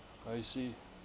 I see